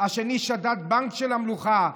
השני שדד בנק של המלוכה,